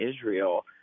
Israel